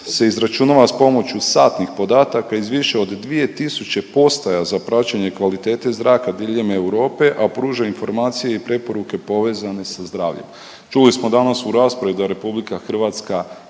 se izračunava s pomoću satnih podataka iz više od 2000 postaja za praćenje kvalitete zraka diljem Europe, a pruža informacije i preporuke povezane sa zdravljem. Čuli smo danas u raspravi da RH ne zaostaje